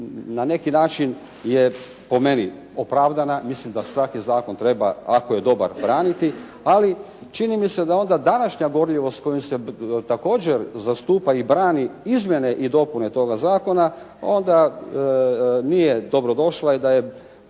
na neki način je po meni opravdana. Mislim da svaki zakon treba ako je dobar braniti, ali čini mi se da onda današnja borljivost kojom se također zastupa i brani izmjene i dopune toga zakona onda nije dobro došla i da je